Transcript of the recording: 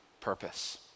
purpose